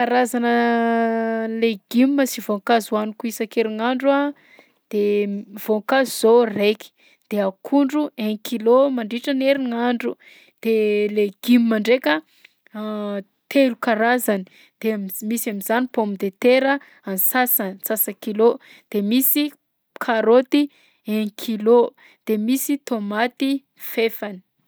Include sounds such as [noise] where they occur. Karazana legioma sy voankazo hohaniko isan-kerignandro a de m- voankazo zao raiky, de akondro un kilo mandritran'ny herignandro de legioma ndraika [hesitation] telo karazany, de am- misy amin'izany pomme de terra ansasany antsasakilao de misy karaoty un kilo de misy tômaty fahefany.